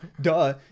Duh